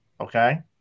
okay